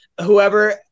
Whoever